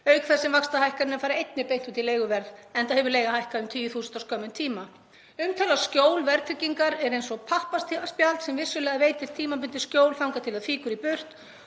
auk þess sem vaxtahækkanirnar fara einnig beint út í leiguverð enda hefur leiga hækkað um tugi þúsunda á skömmum tíma. Umtalað skjól verðtryggingar er eins og pappaspjald sem vissulega veitir tímabundið skjól þangað til það fýkur í burt